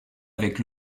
avec